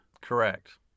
Correct